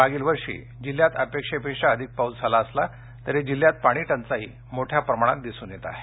मागील वर्षी जिल्ह्यात अपेक्षेपेक्षा अधिक पाऊस झाला तरी जिल्ह्यात पाणीटंचाई मोठया प्रमाणात दिसून येत आहे